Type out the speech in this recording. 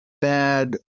bad